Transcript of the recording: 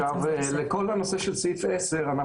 לכל הנושא של סעיף 10,